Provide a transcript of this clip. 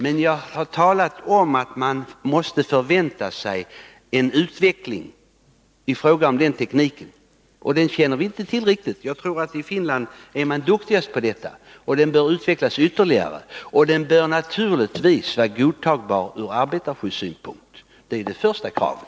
Men jag har talat om att man måste förvänta sig en utveckling i fråga om den tekniken, som vi inte känner till riktigt. I Finland är man troligen duktigast på detta. Tekniken bör utvecklas ytterligare, och den bör naturligtvis vara godtagbar ur arbetarskyddssynpunkt. Det är det första kravet.